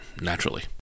naturally